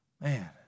Man